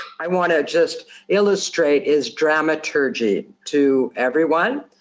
i wanna just illustrate is dramaturgy, to everyone.